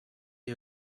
are